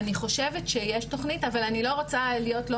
אני חושבת שיש תוכנית אבל אני לא רוצה להיות לא